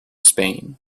spain